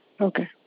Okay